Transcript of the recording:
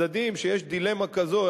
שיש דילמה כזאת,